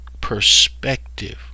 perspective